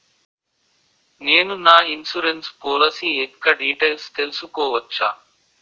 నేను నా insurance policy యెక్క డీటైల్స్ తెల్సుకోవచ్చా?